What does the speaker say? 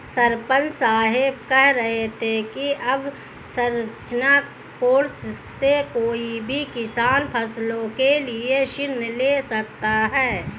सरपंच साहब कह रहे थे कि अवसंरचना कोर्स से कोई भी किसान फसलों के लिए ऋण ले सकता है